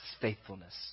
faithfulness